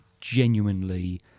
genuinely